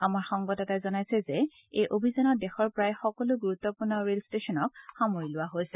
আমাৰ সংবাদদাতাই জনাইছে যে এই অভিযানত দেশৰ প্ৰায় সকলো গুৰুত্বপূৰ্ণ ৰেল ষ্টেচন সামৰি লোৱা হৈছিল